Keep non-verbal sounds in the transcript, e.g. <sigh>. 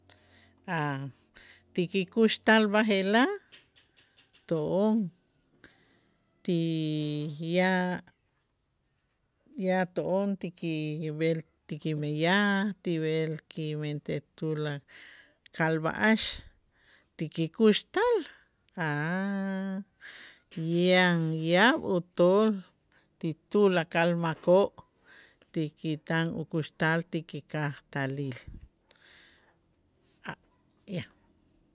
A' ti kikuxtal b'aje'laj to'on ti ya ya to'on ti kib'el ti kimeyaj ti b'el kimentej tulakal b'a'ax ti kikuxtal <hesitation> yan yaab' utool ti tulakal makoo' ti ki tan ukuxtal ti kikajtalil. a' ya